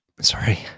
Sorry